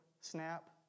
snap